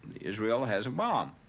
israel has a bomb,